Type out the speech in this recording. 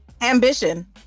Ambition